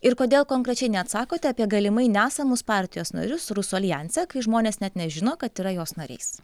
ir kodėl konkrečiai neatsakote apie galimai nesamus partijos narius rusų aljanse kai žmonės net nežino kad yra jos nariais